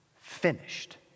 finished